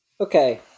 okay